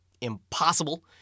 impossible